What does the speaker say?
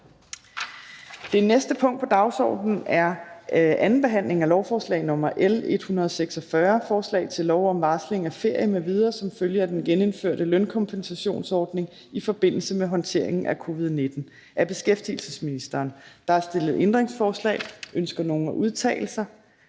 Det næste punkt på dagsordenen er: 3) 2. behandling af lovforslag nr. L 146: Forslag til lov om varsling af ferie m.v. som følge af den genindførte lønkompensationsordning i forbindelse med håndteringen af covid-19. Af beskæftigelsesministeren (Peter Hummelgaard). (Fremsættelse